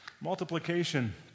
Multiplication